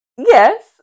Yes